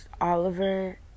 Oliver